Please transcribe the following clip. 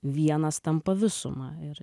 vienas tampa visuma ir